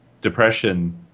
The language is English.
depression